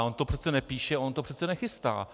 On to přece nepíše, on to přece nechystá.